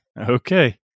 Okay